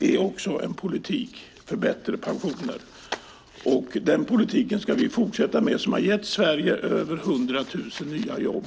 är också en politik för bättre pensioner. Vi ska fortsätta med den politik som, trots en internationell lågkonjunktur, har gett Sverige över hundra tusen nya jobb.